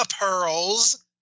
pearls